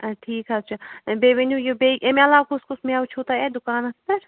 آ ٹھیٖک حظ چھُ بیٚیہِ ؤنِو یہِ بیٚیہِ امہِ علاوٕ کُس کُس میٚوٕ چھُو تۄہہِ اتہِ دُکانَس پیٚٹھ